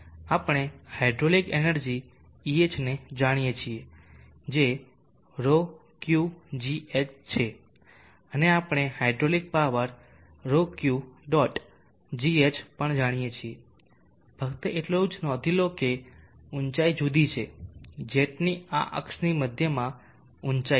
આપણે hydraulic energy Eh ને જાણીએ છીએ જે ρQgh છે અને આપણે hydraulic power ρQ dot gh પણ જાણીએ છીએ ફક્ત એટલું જ નોંધ લો કે ઊચાઇ જુદી છે જેટની આ અક્ષની મધ્યમાં ઊંચાઇ છે